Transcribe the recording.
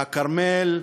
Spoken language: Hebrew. והכרמל,